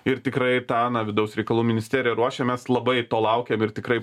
ir tikrai tą na vidaus reikalų ministerija ruošiamės labai to laukiam ir tikrai